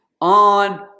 on